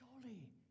Surely